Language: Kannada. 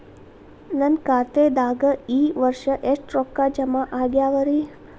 ನನ್ನ ಖಾತೆದಾಗ ಈ ವರ್ಷ ಎಷ್ಟು ರೊಕ್ಕ ಜಮಾ ಆಗ್ಯಾವರಿ?